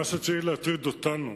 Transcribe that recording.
מה שצריך להטריד אותנו,